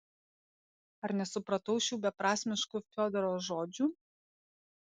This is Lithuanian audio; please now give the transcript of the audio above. ar nesupratau šių beprasmiškų fiodoro žodžių